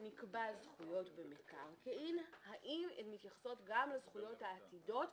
שנקבעו זכויות במקרקעין הן מתייחסות גם לזכויות העתידיות.